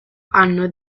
hanno